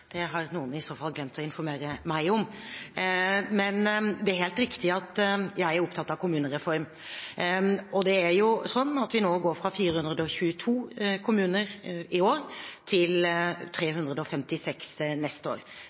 Det har noen i så fall glemt å informere meg om. Men det er helt riktig at jeg er opptatt av kommunereform, og vi går nå fra 422 kommuner i år til 356 neste år. Det er bra – det gir større enheter, det gir mer robuste kommuner. Og